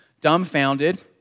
dumbfounded